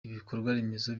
ibikorwaremezo